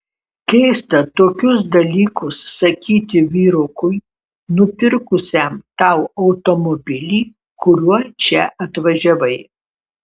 keista tokius dalykus sakyti vyrukui nupirkusiam tau automobilį kuriuo čia atvažiavai